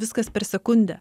viskas per sekundę